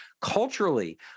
Culturally